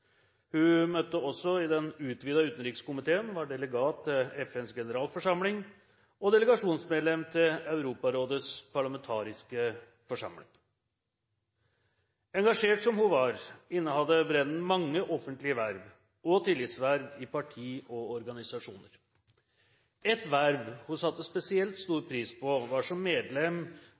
Hun møtte også i den utvidede utenrikskomiteen, var delegat til FNs generalforsamling og delegasjonsmedlem til Europarådets parlamentariske forsamling. Engasjert som hun var, innehadde Brenden mange offentlige verv og tillitsverv i parti og organisasjoner. Et verv hun satte spesielt stor pris på, var som medlem